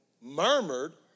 murmured